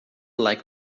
like